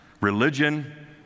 religion